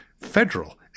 federal